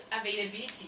availability